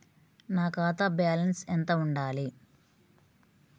నా ఖాతా బ్యాలెన్స్ ఎంత ఉండాలి?